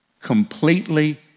completely